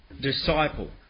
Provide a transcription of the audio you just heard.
disciple